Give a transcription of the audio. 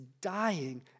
dying